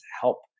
help